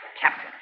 Captain